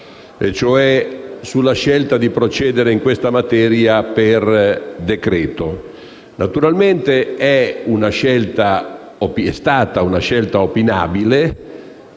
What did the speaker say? e cioè sulla scelta di procedere in questa materia per decreto-legge. Naturalmente è stata una scelta opinabile